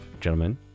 Gentlemen